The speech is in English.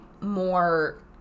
more